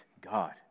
God